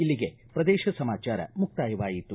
ಇಲ್ಲಿಗೆ ಪ್ರದೇಶ ಸಮಾಚಾರ ಮುಕ್ತಾಯವಾಯಿತು